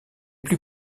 plus